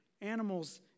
animals